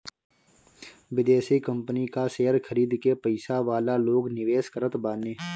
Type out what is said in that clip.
विदेशी कंपनी कअ शेयर खरीद के पईसा वाला लोग निवेश करत बाने